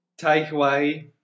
takeaway